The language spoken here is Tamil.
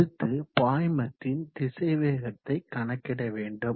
அடுத்து பாய்மத்தின் திசைவேகத்தை கணக்கிட வேண்டும்